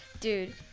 dude